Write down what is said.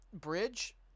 bridge